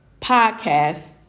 podcast